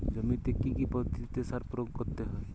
জমিতে কী কী পদ্ধতিতে সার প্রয়োগ করতে হয়?